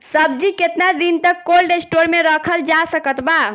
सब्जी केतना दिन तक कोल्ड स्टोर मे रखल जा सकत बा?